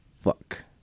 fuck